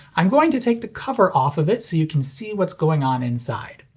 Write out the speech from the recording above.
i'm going to take the cover off of it so you can see what's going on inside.